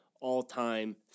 all-time